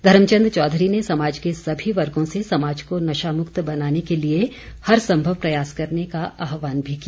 धर्मचंद चौधरी ने समाज के सभी वर्गों से समाज को नशामुक्त बनाने के लिए हर संभव प्रयास करने का आह्वान भी किया